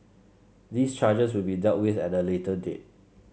these charges will be dealt with at a later date